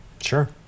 Sure